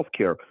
Healthcare